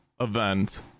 event